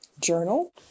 journal